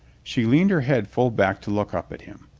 she leaned her head full back to look up at him.